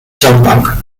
zandbank